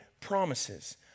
promises